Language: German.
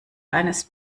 eines